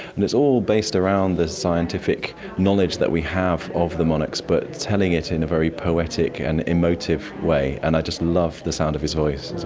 and it's all based around the scientific knowledge that we have of the monarchs but telling it in a very poetic and emotive way, and i just love the sound of his voice as